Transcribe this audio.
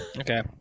Okay